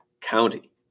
County